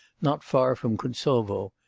not far from kuntsovo,